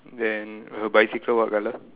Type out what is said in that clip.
then her bicycle what colour